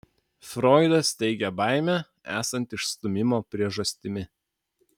froidas teigia baimę esant išstūmimo priežastimi